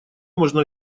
можно